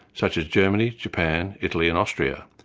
such as germany, japan, italy and austria,